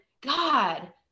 God